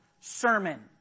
sermon